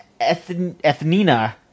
Ethnina